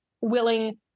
willing